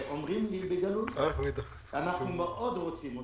ואומרים לי בגלוי: אנחנו מאוד רוצים אותם,